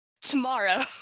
tomorrow